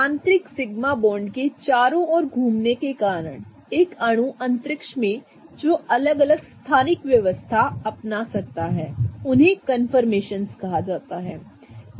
आंतरिक sigma bond के चारों ओर घूमने के कारण एक अणु अंतरिक्ष में जो अलग अलग स्थानिक व्यवस्था अपना सकता है उन्हें कंफर्मेशनस कहा जाता है